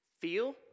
feel